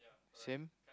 same